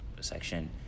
section